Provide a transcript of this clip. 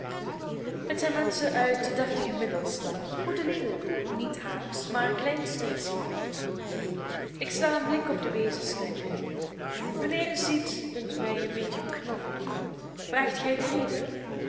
het zijn menschen uit den deftigen middelstand goede lieden niet haagsch maar kleinsteedsch gekleed ik sla een blik op de wezenstrekken mijnheer ziet dunkt mij een beetje knorrig vraagt gij de reden